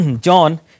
John